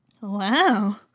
Wow